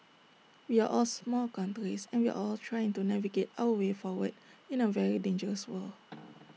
we are all small countries and we are all trying to navigate our way forward in A very dangerous world